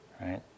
Right